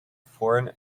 foreign